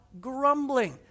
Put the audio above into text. grumbling